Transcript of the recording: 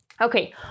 Okay